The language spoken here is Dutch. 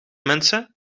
mensen